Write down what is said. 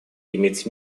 иметь